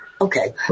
Okay